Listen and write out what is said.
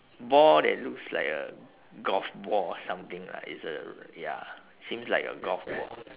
ball that looks like a golf ball or something lah it's uh ya seems like a golf ball